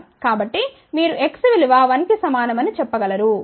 కాబట్టి మీరు x విలువ 1 కి సమానం అని చెప్ప గలరు